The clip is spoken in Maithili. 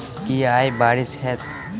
की आय बारिश हेतै?